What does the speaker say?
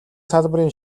салбарын